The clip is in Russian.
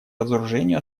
разоружению